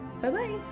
Bye-bye